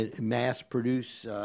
mass-produce